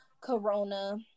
Corona